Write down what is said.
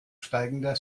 steigender